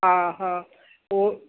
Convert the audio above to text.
हा हा उहो